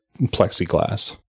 plexiglass